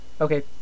Okay